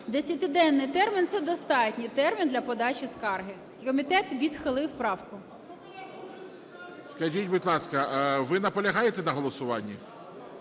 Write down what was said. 10-денний термін - це достатній термін для подачі скарги. Комітет відхилив правку. ГОЛОВУЮЧИЙ. Скажіть, будь ласка, ви наполягаєте на голосуванні?